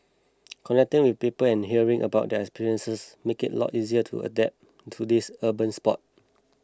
connecting with people and hearing about their experiences make it a lot easier to adapt to this urban sport